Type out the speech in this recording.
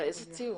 איזה ציור?